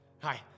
Hi